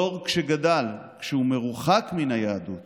דור שגדל כשהוא מרוחק מן היהדות